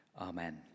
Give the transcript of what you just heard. amen